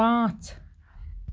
پانٛژھ